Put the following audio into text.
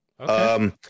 Okay